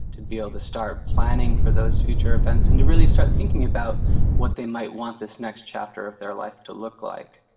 to be able to start planning for those future events and to really start thinking about what they might want this next chapter of their life to look like.